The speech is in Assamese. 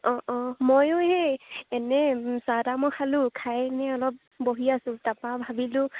অঁ অঁ ময়ো সেই এনেই চাহ তাহ মই খালোঁ খাই এনেই অলপ বহি আছোঁ তাৰপৰা ভাবিলোঁ